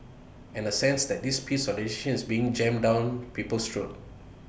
and A sense that this piece of legislation is being jammed down people's throats